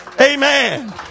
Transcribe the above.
Amen